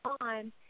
on